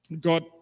God